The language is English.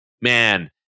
man